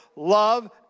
love